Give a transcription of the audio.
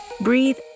breathe